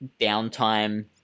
downtime